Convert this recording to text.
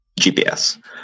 GPS